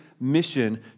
mission